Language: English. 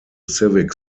civic